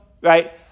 right